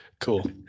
Cool